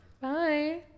Bye